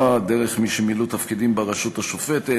דרך מי שמילאו תפקידים ברשות השופטת,